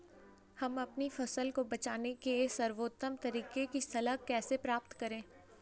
हम अपनी फसल को बचाने के सर्वोत्तम तरीके की सलाह कैसे प्राप्त करें?